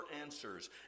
answers